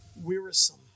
wearisome